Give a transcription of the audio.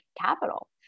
capital